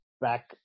back